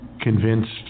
convinced